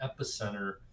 epicenter